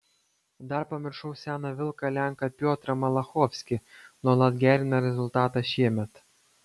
dar pamiršau seną vilką lenką piotrą malachovskį nuolat gerina rezultatą šiemet